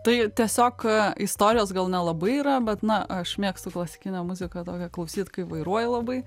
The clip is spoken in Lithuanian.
tai tiesiog istorijos gal nelabai yra bet na aš mėgstu klasikinę muziką tokią klausyt kaip vairuoju labai